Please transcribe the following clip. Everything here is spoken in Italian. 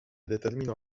determinò